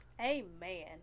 Amen